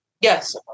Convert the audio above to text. Yes